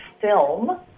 film